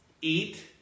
eat